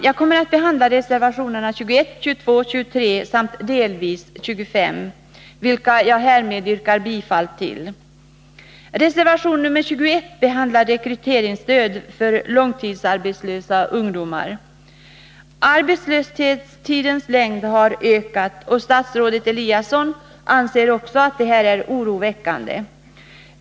Jag kommer att behandla reservationerna 21, 22 och 23 samt delvis 25, vilka jag härmed yrkar bifall till. Arbetslöshetstidens längd har ökat, och statsrådet Eliasson anser också att det är oroväckande.